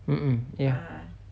mm mm ya